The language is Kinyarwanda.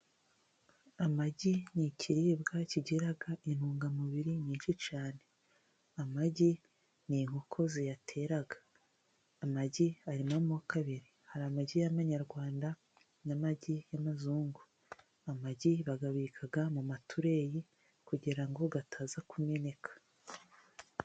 Amagi ni ikiribwa kigira intungamubiri nyinshi cyane. Amagi ni inkoko ziyatera . Amagi arimo amoko abiri ;hari amagi y'amanyarwanda n'amagi y'amazungu . Amagi bayabika mu mu itureyi kugira ngo ataza kumeneka.